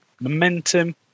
momentum